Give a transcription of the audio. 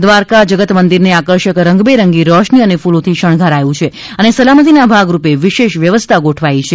દ્વારકા જગત મંદિરને આકર્ષક રંગ બે રંગી રોશની અને ફુલોથી શણગારાયું છે અને સલામતીના ભાગરૂપે વિશેષ વ્યવસ્થા ગોઠવાઈ છે